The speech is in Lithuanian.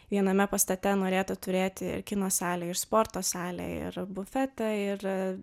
viename pastate norėta turėti ir kino salę ir sporto salę ir bufetą ir